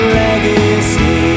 legacy